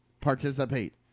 Participate